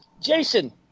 Jason